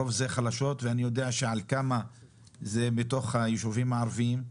הרוב זה חלשות ואני יודע שעל כמה זה בתוך היישובים הערביים,